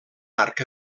arc